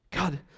God